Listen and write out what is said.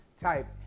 type